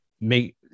make